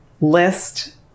list